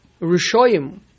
Rishoyim